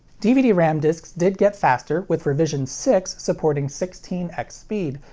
dvd-ram discs did get faster, with revision six supporting sixteen x speed,